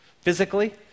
physically